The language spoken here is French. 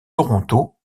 toronto